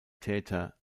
täter